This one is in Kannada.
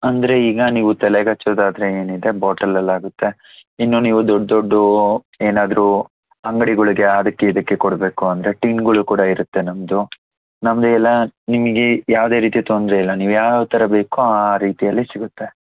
ಅಂದರೆ ಈಗ ನೀವು ತಲೆಗೆ ಹಚ್ಚೋದಾದ್ರೆ ಏನಿದೆ ಬಾಟಲಲ್ಲಾಗುತ್ತೆ ಇನ್ನು ನೀವು ದೊಡ್ಡ ದೊಡ್ಡ ಏನಾದರೂ ಅಂಗಡಿಗಳ್ಗೆ ಅದಕ್ಕೆ ಇದಕ್ಕೆ ಕೊಡಬೇಕು ಅಂದರೆ ಟಿನ್ಗಳು ಕೂಡ ಇರುತ್ತೆ ನಮ್ಮದು ನಮ್ಮದು ಎಲ್ಲ ನಿಮಗೆ ಯಾವುದೇ ರೀತಿ ತೊಂದರೆ ಇಲ್ಲ ನೀವು ಯಾವ್ಯಾವ ಥರ ಬೇಕೋ ಆ ಆ ರೀತಿಯಲ್ಲಿ ಸಿಗುತ್ತೆ